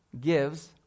gives